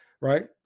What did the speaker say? right